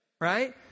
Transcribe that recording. Right